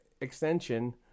extension